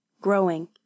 growing